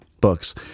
books